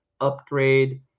upgrade